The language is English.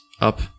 up